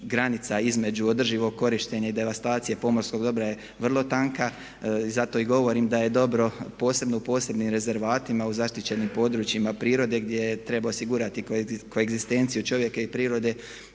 granica između održivog korištenja i devastacije pomorskog dobra je vrlo tanka. Zato i govorim da je dobro posebno u posebnim rezervatima u zaštićenim područjima prirode gdje treba osigurati koegzistenciju čovjeka i prirode